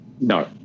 No